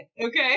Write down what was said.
okay